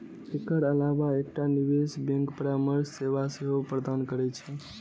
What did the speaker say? एकर अलावा एकटा निवेश बैंक परामर्श सेवा सेहो प्रदान करै छै